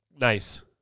Nice